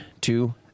two